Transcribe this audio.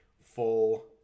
full